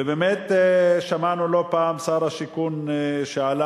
ובאמת שמענו לא פעם את שר השיכון שעלה